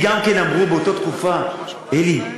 גם לי אמרו באותה תקופה: אלי,